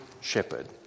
shepherd